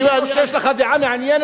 והוא יגיד לו: יש לך דעה מעניינת,